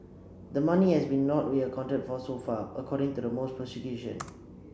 the money has been not accounted for so far according to the prosecution